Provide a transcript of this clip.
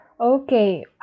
Okay